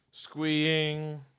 squeeing